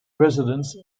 residence